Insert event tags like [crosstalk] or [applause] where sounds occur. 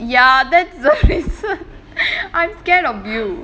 ya that's the reason [laughs] I'm scared of you